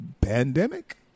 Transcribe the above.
pandemic